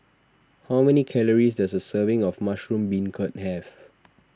how many calories does a serving of Mushroom Beancurd have